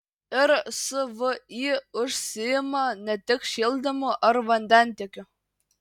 ir svį užsiima ne tik šildymu ar vandentiekiu